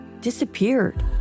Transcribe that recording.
disappeared